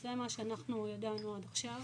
זה מה שאנחנו ידענו עד עכשיו.